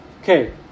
Okay